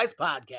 podcast